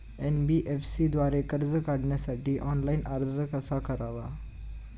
NBFC द्वारे कर्ज काढण्यासाठी ऑनलाइन अर्ज कसा करावा?